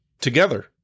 together